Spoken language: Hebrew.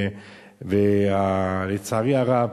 ולצערי הרב